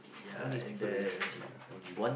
now these people very stingy lah cannot give gift